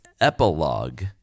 epilogue